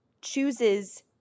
chooses